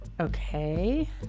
okay